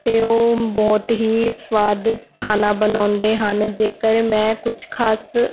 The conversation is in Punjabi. ਅਤੇ ਉਹ ਬਹੁਤ ਹੀ ਸਵਾਦ ਖਾਣਾ ਬਣਾਉਂਦੇ ਹਨ ਜੇਕਰ ਮੈਂ ਕੁਛ ਖਾਸ